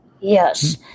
Yes